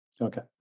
Okay